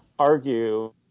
Argue